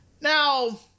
Now